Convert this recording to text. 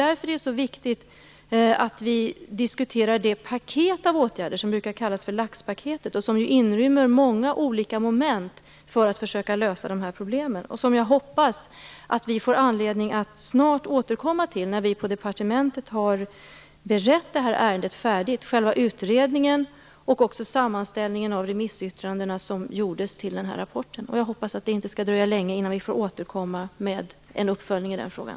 Därför är det mycket viktigt att vi diskuterar det paket av åtgärder som brukar kallas för laxpaketet, som ju inrymmer många olika moment när det gäller att försöka lösa de här problemen. Jag hoppas att vi får anledning att snart återkomma till detta när vi på departementet har färdigberett ärendet. Det gäller alltså själva utredningen och sammanställningen av de remissyttranden som gjorts till den här rapporten. Jag hoppas att det inte dröjer länge tills vi får återkomma med en uppföljning i den frågan.